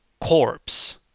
Corpse